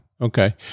Okay